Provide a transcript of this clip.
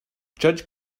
judge